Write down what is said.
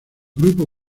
grupo